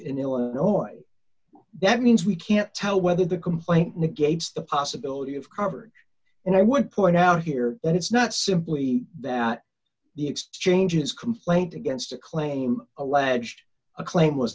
in illinois that means we can't tell whether the complaint negates the possibility of coverage and i would point out here and it's not simply that the exchanges complaint against a claim alleged a claim was